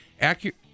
Accurate